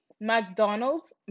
McDonald's